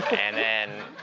and then,